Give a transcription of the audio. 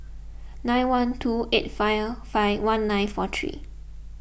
nine one two eight five five one nine four three